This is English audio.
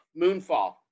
Moonfall